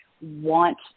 want